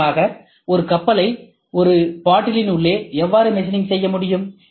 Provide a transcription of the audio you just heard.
உதாரணமாக ஒரு கப்பலை ஒரு பாட்டிலின் உள்ளே எவ்வாறு மெஷினிங் செய்ய முடியும்